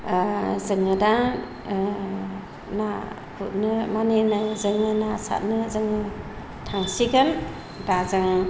जोङो दा ना गुरनो मानि जोङो ना सारनो जों थांसिगोन दा जों